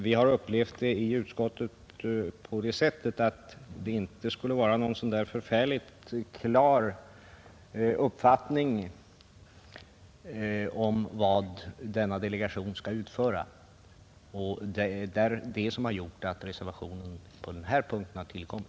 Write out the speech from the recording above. Vi har i utskottet upplevt det på det sättet att det inte föreligger någon riktigt klar uppfattning om vad denna delegation skall utföra, och det är det som har gjort att reservationen på denna punkt har tillkommit.